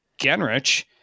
Genrich